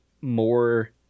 more